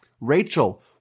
Rachel